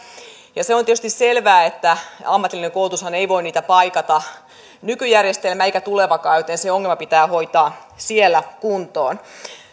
ja se on tietysti selvää että ammatillinen koulutushan ei voi niitä paikata ei nykyjärjestelmä eikä tulevakaan joten se ongelma pitää hoitaa siellä kuntoon